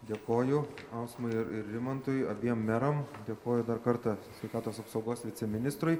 dėkoju klausimai ir ir rimantui abiem meram dėkoju dar kartą sveikatos apsaugos viceministrui